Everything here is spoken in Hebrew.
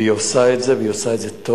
והיא עושה את זה, והיא עושה את זה טוב,